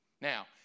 Now